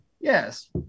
Yes